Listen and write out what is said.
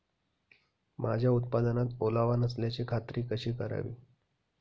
माझ्या उत्पादनात ओलावा नसल्याची खात्री कशी करावी?